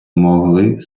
могли